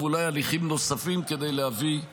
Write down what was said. ואולי הליכים נוספים כדי להביא להדחה.